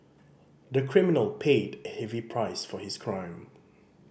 the criminal paid a heavy price for his crime